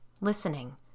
listening